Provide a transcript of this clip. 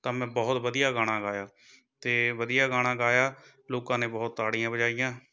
ਤਾਂ ਮੈਂ ਬਹੁਤ ਵਧੀਆ ਗਾਣਾ ਗਾਇਆ ਅਤੇ ਵਧੀਆ ਗਾਣਾ ਗਾਇਆ ਲੋਕਾਂ ਨੇ ਬਹੁਤ ਤਾੜੀਆਂ ਵਜਾਈਆਂ